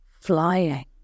flying